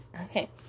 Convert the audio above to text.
Okay